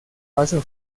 paso